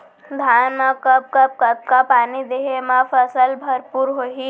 धान मा कब कब कतका पानी देहे मा फसल भरपूर होही?